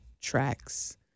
tracks